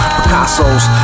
Picasso's